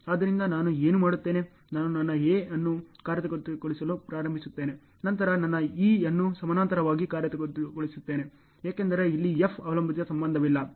ಆದ್ದರಿಂದ ನಾನು ಏನು ಮಾಡುತ್ತೇನೆ ನಾನು ನನ್ನ A ಅನ್ನು ಕಾರ್ಯಗತಗೊಳಿಸಲು ಪ್ರಾರಂಭಿಸುತ್ತೇನೆ ನಂತರ ನನ್ನEಅನ್ನು ಸಮಾನಾಂತರವಾಗಿ ಕಾರ್ಯಗತಗೊಳಿಸುತ್ತೇನೆ ಏಕೆಂದರೆ ಇಲ್ಲಿ F ಅವಲಂಬಿತ ಸಂಬಂಧವಿಲ್ಲ